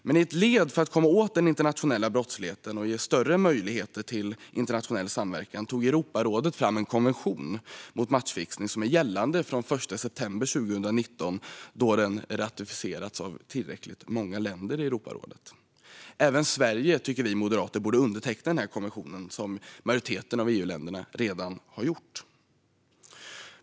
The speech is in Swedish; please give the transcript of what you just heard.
Men i ett led för att komma åt den internationella brottsligheten och ge större möjligheter till internationell samverkan tog Europarådet fram en konvention mot matchfixning. Den är gällande från den 1 september 2019, då den ratificerats av tillräckligt många länder i Europarådet. Även Sverige borde, tycker vi moderater, underteckna denna konvention, vilket majoriteten av EU-länderna redan har gjort.